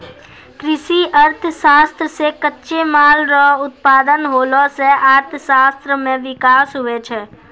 कृषि अर्थशास्त्र से कच्चे माल रो उत्पादन होला से अर्थशास्त्र मे विकास हुवै छै